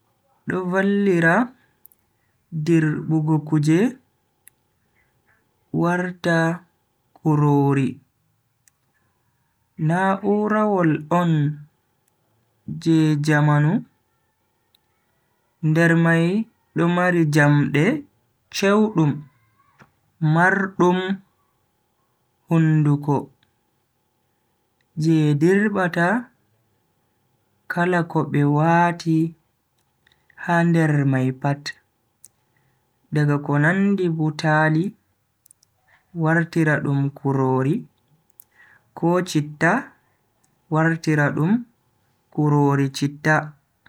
Do vallira dirbugo kuje warta kurori. Na'urawol on je jamanu, nder mai do mari jamde chewdum, mardum hunduko je dirbata kala ko be wati ha nder mai pat. daga ko nandi butaali wartira dum kurori, ko chitta wartira dum kurori chitta.